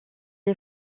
est